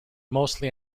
mostly